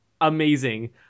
amazing